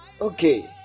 okay